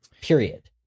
period